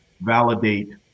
validate